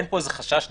אין פה חשש לפגיעה.